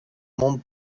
mont